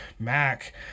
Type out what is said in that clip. mac